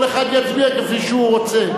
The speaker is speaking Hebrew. כל אחד יצביע כפי שהוא רוצה.